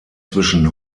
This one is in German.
zwischen